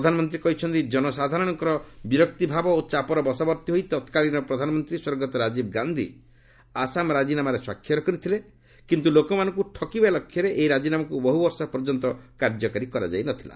ପ୍ରଧାନମନ୍ତ୍ରୀ କହିଛନ୍ତି ଜନସାଧାରରଙ୍କର ବିରକ୍ତିଭାବ ଓ ଚାପର ବଶବର୍ତ୍ତୀ ହୋଇ ତତ୍କାଳୀନ ପ୍ରଧାନମନ୍ତ୍ରୀ ସ୍ୱର୍ଗତ ରାଜୀବ ଗାନ୍ଧୀ ଆସାମ ରାଜିନାମାରେ ସ୍ୱାକ୍ଷର କରିଥିଲେ କିନ୍ତୁ ଲୋକମାନଙ୍କୁ ଠକିବା ଲକ୍ଷ୍ୟରେ ଏହି ରାଜିନାମାକୁ ବହୁବର୍ଷ ପର୍ଯ୍ୟନ୍ତ କାର୍ଯ୍ୟକାରୀ କରାଯାଇ ନଥିଲା